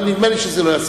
אבל נדמה לי שזה לא יספיק.